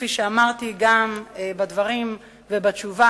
כפי שאמרתי, גם בדברים ובתשובה,